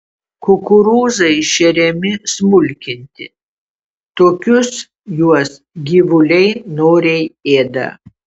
kukurūzai šeriami smulkinti tokius juos gyvuliai noriai ėda